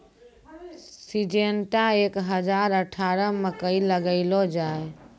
Syngenta एक हजार अठारह मकई लगैलो जाय?